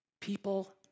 people